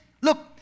Look